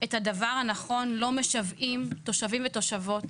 את הדבר הנכון לו משוועים תושבים ותושבות